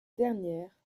dernière